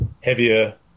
heavier